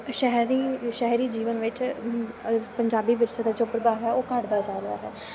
ਸ਼ਹਿਰੀ ਸ਼ਹਿਰੀ ਜੀਵਨ ਵਿੱਚ ਪੰਜਾਬੀ ਵਿਰਸੇ ਦਾ ਜੋ ਪ੍ਰਭਾਵ ਹੈ ਉਹ ਘੱਟਦਾ ਜਾ ਰਿਹਾ ਹੈ